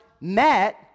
met